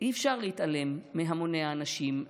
אי-אפשר להתעלם מהמוני האנשים,